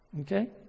Okay